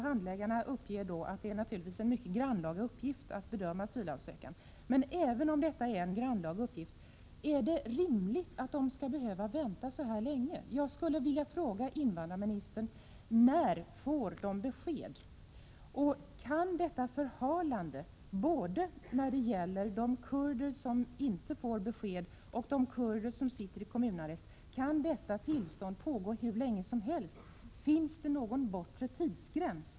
Handläggarna uppger att det naturligtvis är en mycket grannlaga uppgift att bedöma asylansökan. Är det, även om detta är en grannlaga uppgift, rimligt att dessa människor skall behöva vänta så här länge? Jag skulle vidare vilja fråga invandrarministern: När får de besked? Kan detta förhalande, både när det gäller de kurder som inte får besked och de kurder som sitter i kommunarrest, få pågå hur länge som helst? Finns det någon bortre tidsgräns?